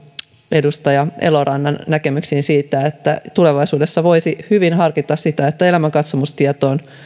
edustaja elorannan näkemyksiin siitä että tulevaisuudessa voisi hyvin harkita sitä että elämänkatsomustietoon